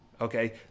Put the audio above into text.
okay